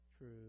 true